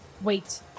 Wait